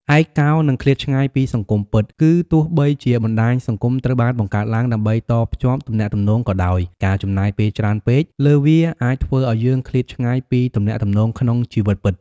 ឯកោ និងឃ្លាតឆ្ងាយពីសង្គមពិត គឺទោះបីជាបណ្ដាញសង្គមត្រូវបានបង្កើតឡើងដើម្បីតភ្ជាប់ទំនាក់ទំនងក៏ដោយ ការចំណាយពេលច្រើនពេកលើវាអាចធ្វើឱ្យយើងឃ្លាតឆ្ងាយពីទំនាក់ទំនងក្នុងជីវិតពិត។